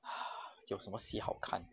有什么戏好看